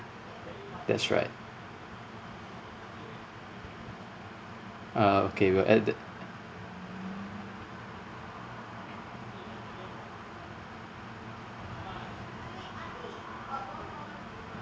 that's right uh okay well at the